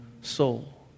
soul